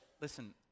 Listen